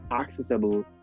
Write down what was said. accessible